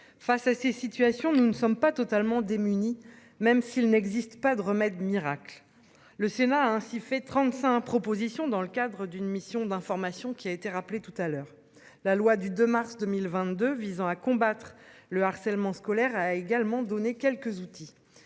Face à ces situations, nous ne sommes pas totalement démunis, même s'il n'existe pas de remède miracle. Le Sénat a ainsi fait 35 propositions dans le cadre d'une mission d'information qui a été rappelé tout à l'heure, la loi du 2 mars 2022, visant à combattre le harcèlement scolaire a également donné quelques outils